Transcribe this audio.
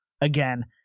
again